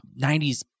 90s